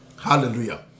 Hallelujah